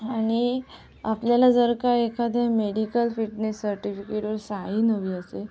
आणि आपल्याला जर का एखाद्या मेडिकल फिटनेससाठी साईन हवी असेल